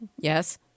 Yes